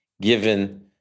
given